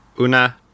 Una